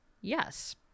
Yes